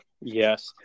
Yes